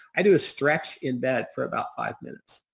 i do a stretch in bed for about five minutes.